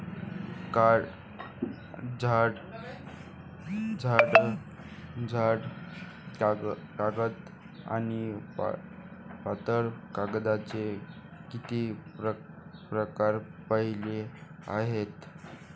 जाड कागद आणि पातळ कागदाचे किती प्रकार पाहिले आहेत?